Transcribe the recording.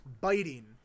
Biting